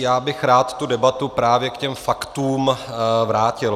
Já bych rád tu debatu právě k těm faktům vrátil.